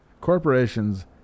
corporations